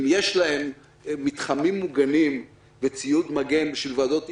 אם יש להם מתחמים מוגנים וציוד מגן בשביל ועדות אפיון,